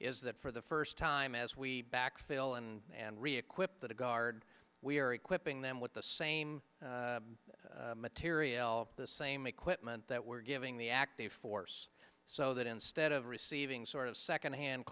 is that for the first time as we backfill and and reequip the guard we are equipping them with the same materiel the same equipment that we're giving the active force so that instead of receiving sort of second hand